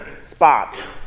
spots